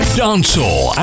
dancehall